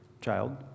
child